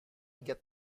get